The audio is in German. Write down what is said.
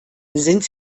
sind